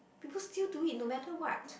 people still do it no matter what